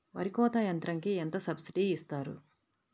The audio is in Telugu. వరి కోత యంత్రంకి ఎంత సబ్సిడీ ఇస్తారు?